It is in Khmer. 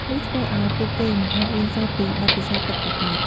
នេះធ្វើឱ្យពួកគេមិនអាចរៀនសូត្រពីបទពិសោធន៍ពិតប្រាកដ។